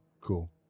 Cool